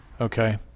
okay